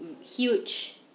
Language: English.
huge